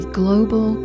global